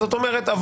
זאת אומרת,